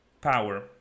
power